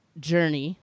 journey